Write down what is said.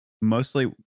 mostly